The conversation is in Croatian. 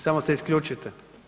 Samo se isključite.